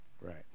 right